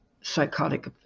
psychotic